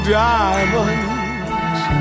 diamonds